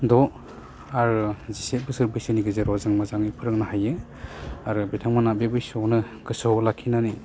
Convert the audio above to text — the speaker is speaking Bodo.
द' आरो जिसे बोसोर बैसोआव गेजेराव जों मोजाङै फोरोंनो हायो आरो बिथांमोनहा बे बैसोआवनो गोसोआव लाखिनानै